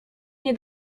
nie